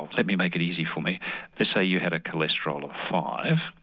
let me make it easy for me, let's say you had a cholesterol of five,